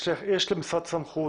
יש למשרד סמכות,